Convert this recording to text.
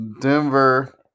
Denver